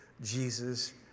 Jesus